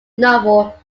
novel